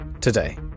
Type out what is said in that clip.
Today